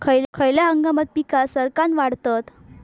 खयल्या हंगामात पीका सरक्कान वाढतत?